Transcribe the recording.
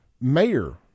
mayor